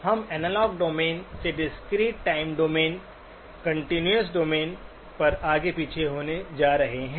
हम analogue domain से discrete time domain discrete time domain continuous time domain पर आगे पीछे होने जा रहे हैं